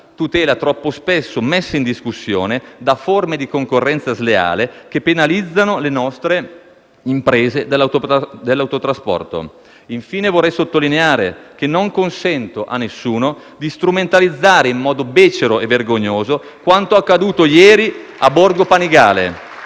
tutela è troppo spesso messa in discussione da forme di concorrenza sleale, che penalizzano le nostre imprese dell'autotrasporto. Infine, vorrei sottolineare che non consento a nessuno di strumentalizzare in modo becero e vergognoso quanto accaduto ieri a Borgo Panigale